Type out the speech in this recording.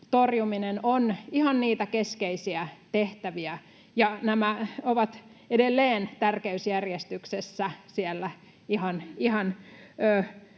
on ihan niitä keskeisiä tehtäviä, ja nämä ovat edelleen tärkeysjärjestyksessä siellä ihan